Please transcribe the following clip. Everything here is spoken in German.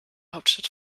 hauptstadt